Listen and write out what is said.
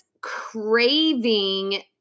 craving